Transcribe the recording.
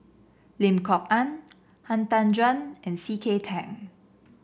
Lim Kok Ann Han Tan Juan and C K Tang